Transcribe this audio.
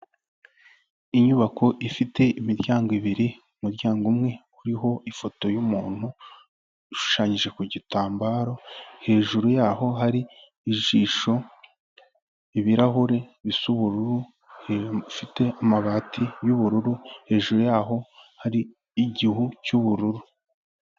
Inyubako ifite imiryango ibiri, umuryango umwe uriho ifoto y'umuntu ishushanyije ku gitambaro, hejuru yaho hari ijisho, ibirahuri bisa ubururu, hejuru ifite amabati y'ubururu hejuru yaho hari igihu cy'ubururu.